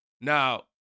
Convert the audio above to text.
Now